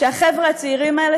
שהחבר'ה הצעירים האלה,